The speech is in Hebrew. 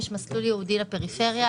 יש מסלול ייעודי לפריפריה.